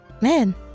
Man